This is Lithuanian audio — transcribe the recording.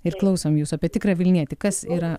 ir klausom jūsų apie tikrą vilnietį kas yra